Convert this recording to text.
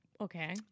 okay